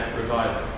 revival